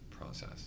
process